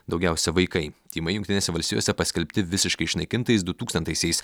daugiausia vaikai tymai jungtinėse valstijose paskelbti visiškai išnaikintais du tūkstantaisiais